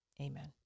amen